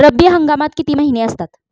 रब्बी हंगामात किती महिने असतात?